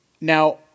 Now